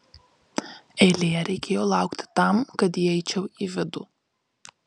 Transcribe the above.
eilėje reikėjo laukti tam kad įeičiau į vidų